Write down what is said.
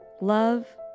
Love